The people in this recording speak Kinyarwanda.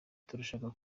turashaka